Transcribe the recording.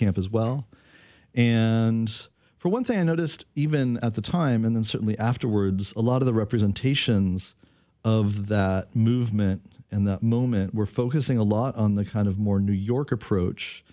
camp as well and for one thing i noticed even at the time and certainly afterwards a lot of the representations of the movement and the moment we're focusing a lot on the kind of more new york approach